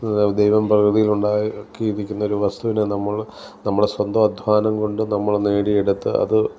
ദൈവം പ്രകൃതിയിൽ ഉണ്ടാക്കിയിരിക്കുന്ന ഒരു വസ്തുവിനെ നമ്മൾ നമ്മളെ സ്വന്ത അധ്വാനം കൊണ്ടും നമ്മൾ നേടിയെടുത്ത അത്